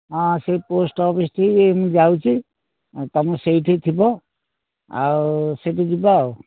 ହଁ ସେହି ପୋଷ୍ଟ୍ ଅଫିସ୍ଠିକି ମୁଁ ଯାଉଛି ତୁମେ ସେଇଠି ଥିବ ଆଉ ସେଠି ଯିବା ଆଉ